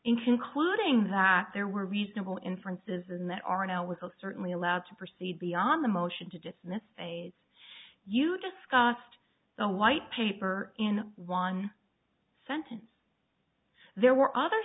concluding that there were reasonable inferences and that are now will certainly allowed to proceed beyond the motion to dismiss aids you discussed the white paper in one sentence there were other